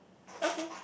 okay